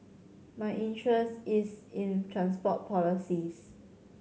my interest is in transport policies